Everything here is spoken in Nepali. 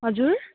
हजुर